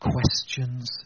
questions